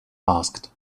asked